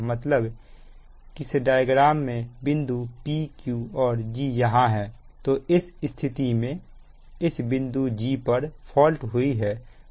मतलब इस डायग्राम में बिंदु pq और g यहां है तो इस स्थिति में इस बिंदु g पर फॉल्ट हुई है